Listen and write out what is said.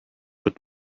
put